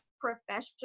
professional